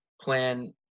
plan